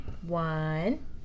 One